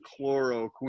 chloroquine